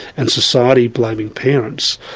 and society blaming parents.